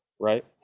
right